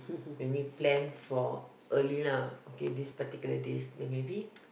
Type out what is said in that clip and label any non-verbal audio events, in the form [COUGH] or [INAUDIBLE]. maybe plan for early lah okay these particular days like maybe [NOISE]